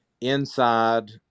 inside